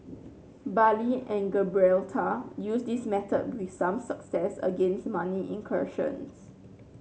Bali and Gibraltar used this method with some success against money incursions